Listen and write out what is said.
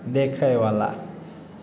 देखएवला